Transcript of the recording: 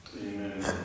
Amen